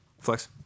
Flex